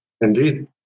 Indeed